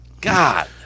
God